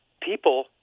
people